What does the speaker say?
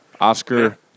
Oscar